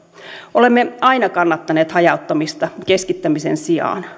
olemme aina kannattaneet hajauttamista keskittämisen sijaan